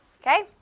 okay